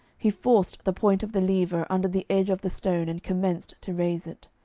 he forced the point of the lever under the edge of the stone and commenced to raise it.